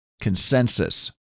consensus